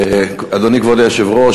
אדוני כבוד היושב-ראש,